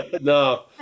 No